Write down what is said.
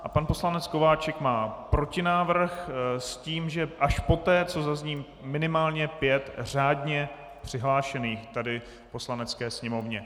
A pan poslanec Kováčik má protinávrh s tím, že až poté, co zazní minimálně pět řádně přihlášených tady v Poslanecké sněmovně.